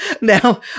Now